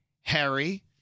Harry